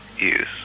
Yes